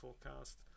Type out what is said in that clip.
forecast